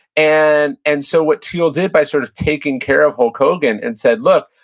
and and so what thiel did by sort of taking care of hulk hogan and said, look,